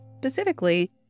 specifically